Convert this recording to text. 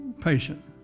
patient